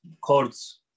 chords